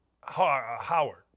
Howard